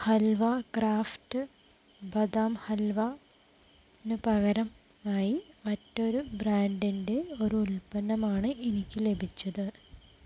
halwa craft badam halwa നു പകരമായി മറ്റൊരു ബ്രാൻഡിന്റെ ഒരു ഉൽപ്പന്നമാണ് എനിക്ക് ലഭിച്ചത്